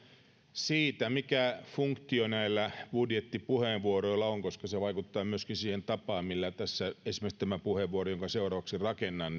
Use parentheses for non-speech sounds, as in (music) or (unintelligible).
siitä mikä funktio näillä budjettipuheenvuoroilla on koska se vaikuttaa myöskin siihen tapaan millä teen esimerkiksi tämän puheenvuoron jonka seuraavaksi rakennan (unintelligible)